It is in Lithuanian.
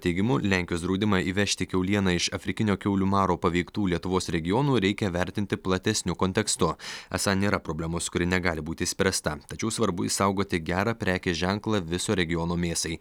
teigimu lenkijos draudimą įvežti kiaulieną iš afrikinio kiaulių maro paveiktų lietuvos regionų reikia vertinti platesniu kontekstu esą nėra problemos kuri negali būti išspręsta tačiau svarbu išsaugoti gerą prekės ženklą viso regiono mėsai